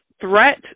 threat